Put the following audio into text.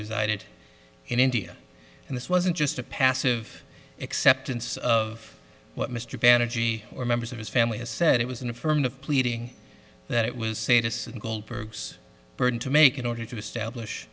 resided in india and this wasn't just a passive acceptance of what mr van a g or members of his family has said it was an affirmative pleading that it was sadists and goldberg's burden to make in order to establish